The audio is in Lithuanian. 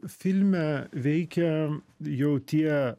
filme veikia jau tie